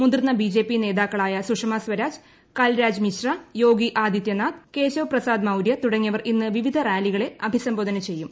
മുതിർന്ന് ബിജെപി നേതാക്കളായ സുഷമ സ്വരാജ് കൽരാജ് മിശ്ര ഏയാൾട്ടി ആദിത്യനാഥ് കേശവ് പ്രസാദ് മൌര്യ തുടങ്ങിയവർ ഇന്ന് വിവിധ് കാ്ലികളെ അഭിസംബോധന ചെയ്യും